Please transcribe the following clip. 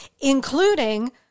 including